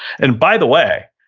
and by the way,